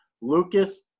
Lucas